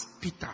Peter